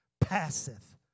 passeth